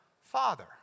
Father